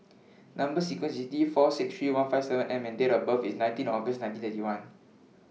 Number sequence IS T four six three one five seven M and Date of birth IS nineteenth August nineteen thirty one